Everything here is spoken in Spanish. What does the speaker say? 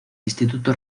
instituto